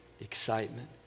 excitement